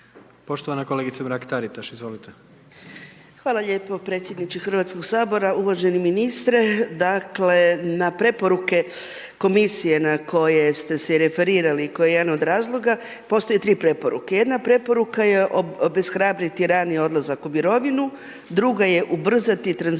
Poštovana kolegica Mrak Taritaš, izvolite. **Mrak-Taritaš, Anka (GLAS)** Hvala lijepo predsjedniče Hrvatskog sabora. Uvaženi ministre, dakle, na preporuke komisije na koje ste se i referirali, koji je jedan od razloge postoje 3 preporuke, jedna preporuka je obeshrabriti rani odlazak u mirovinu, druga je ubrzati tranziciju